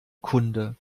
kunde